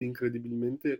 incredibilmente